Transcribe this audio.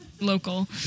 local